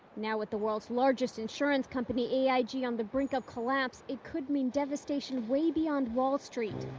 now with the world's largest insurance company, aig, on the brink of collapse, it could mean devastation way beyond wall street.